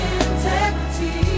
integrity